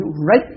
right